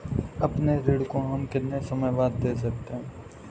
अपने ऋण को हम कितने समय बाद दे सकते हैं?